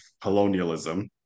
colonialism